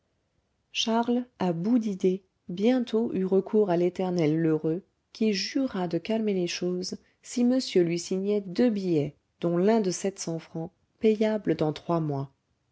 charles à bout d'idées bientôt eut recours à l'éternel lheureux qui jura de calmer les choses si monsieur lui signait deux billets dont l'un de sept cents francs payable dans trois mois